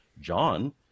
John